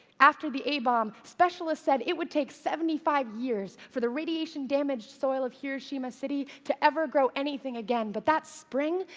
after the a-bomb, specialists said it would take seventy five years for the radiation-damaged soil of hiroshima city to ever grow anything again. but that spring,